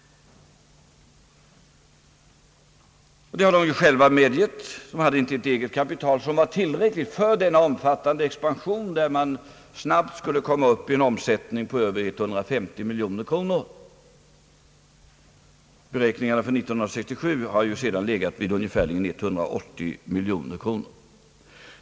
Det har de ju själva medgivit. De hade inte ett eget kapital som var tillräckligt för denna omfattande expansion, där man snabbt skulle komma upp i en omsättning på över 150 miljoner kronor — beräkningarna för 1967 har ju legat vid ungefär 180 miljoner kronor.